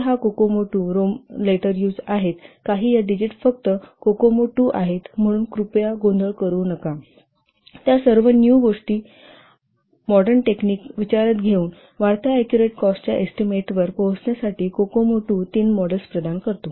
ते हा COCOMO II Roman letter use आहेत काही या डिजिट फक्त हा कोकोमो 2 आहेत म्हणून कृपया गोंधळ करू नका त्या सर्व न्यू गोष्टी मॉडर्न टेक्निक विचारात घेऊन वाढत्या ऍक्युरेट कॉस्टच्या एस्टीमेटवर पोहोचण्यासाठी कोकोमो 2 तीन मॉडेल्स प्रदान करतो